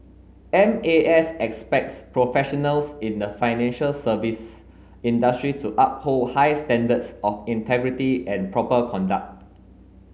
M A S expects professionals in the financial service industry to uphold high standards of integrity and proper conduct